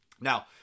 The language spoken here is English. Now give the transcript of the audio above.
Now